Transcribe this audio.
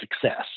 success